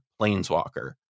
Planeswalker